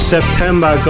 September